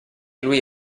lui